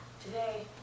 today